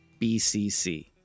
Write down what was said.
BCC